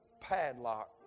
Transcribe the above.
padlock